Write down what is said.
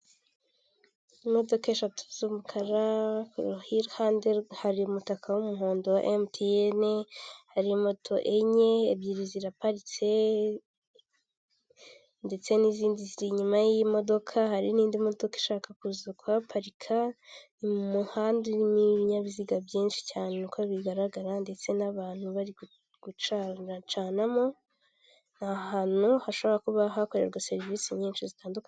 Imodoka eshatu z'umukara iruhande hari umutaka w'umuhondo wa Emutiyeni, hari moto enye ebyiri ziraparitse ndetse n'izindi ziri inyuma y'imodoka hari n'indi modoka ishaka kuza kuhaparika, umuhanda urimo ibinyabiziga byinshi cyane uko bigaragara ndetse n'abantu bari gucanacanamo, ni ahantu hashobora kuba hakorerwa serivisi nyinshi zitandukanye.